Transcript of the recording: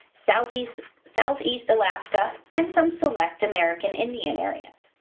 southeast southeast alaska, and some select american indian areas.